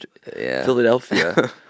philadelphia